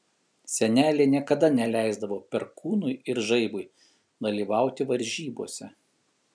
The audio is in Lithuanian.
senelė niekada neleisdavo perkūnui ir žaibui dalyvauti varžybose